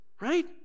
right